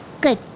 Good